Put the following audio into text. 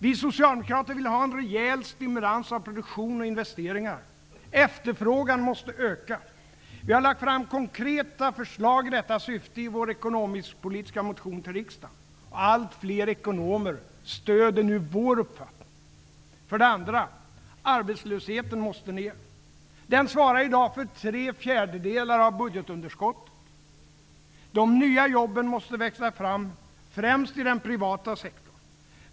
Vi socialdemokrater vill ha en rejäl stimulans av produktion och investeringar. Efterfrågan måste öka. Vi har lagt fram en rad konkreta förslag i detta syfte i vår ekonomisk-politiska motion till riksdagen. Allt fler ekonomer stöder nu vår uppfattning. För det andra: Arbetslösheten måste ned. Den svarar i dag för tre fjärdedelar av budgetunderskottet. De nya jobben måste växa fram, främst i den privata sektorn.